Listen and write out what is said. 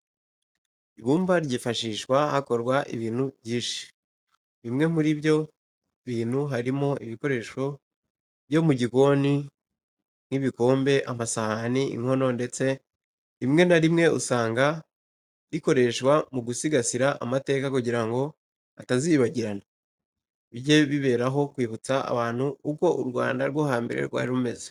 Ibumba ryifashishwa hakorwa ibintu byinshi. Bimwe muri ibyo bintu harimo ibikoresho byo mu gikoni nk'ibikombe, amasahani, inkono ndetse rimwe na rimwe usanga rikoreshwa mu gusigasira amateka kugira ngo atazibagirana, bijye biberaho kwibutsa abantu uko u Rwanda rwo hambere rwari rumeze.